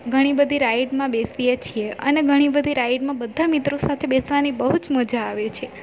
ઘણી બધી રાઇડમાં બેસીએ છીએ અને ઘણી બધી રાઇડમાં બધા મિત્રો સાથે બેસવાની બહુ જ મજા આવે છે